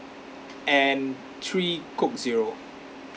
and three coke zero